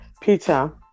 Peter